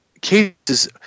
cases